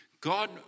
God